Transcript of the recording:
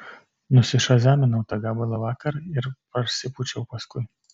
nusišazaminau tą gabalą vakar ir parsipūčiau paskui